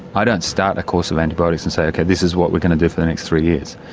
i don't start a course of antibiotics and say, okay, this is what we're going to do for the next three years,